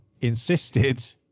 insisted